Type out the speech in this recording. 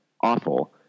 awful